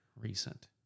recent